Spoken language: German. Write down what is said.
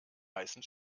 heißen